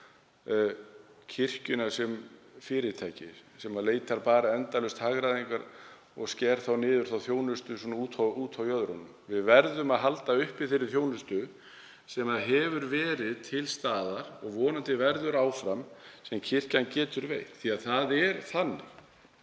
á hana sem fyrirtæki sem leitar bara endalaust hagræðingar og sker niður þjónustu á jöðrunum. Við verðum að halda uppi þeirri þjónustu sem hefur verið til staðar og verður vonandi áfram, sem kirkjan getur veitt, því það er þannig,